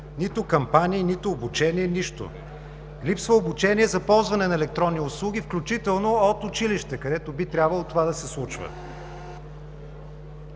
нито кампании, нито обучение, нищо. Липсва обучение за ползване на електронни услуги, включително от училище, където би трябвало това да се случва.